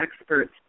experts